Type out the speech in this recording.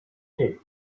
tay